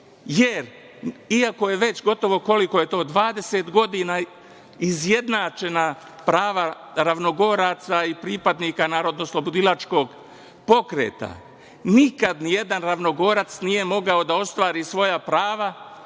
jer iako je već, gotovo, koliko je to, 20 godina, izjednačena prava ravnogoraca i pripadnika narodnooslobodilačkog pokreta, nikada ni jedan ravnogorac nije mogao da ostvari svoja prava